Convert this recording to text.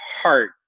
heart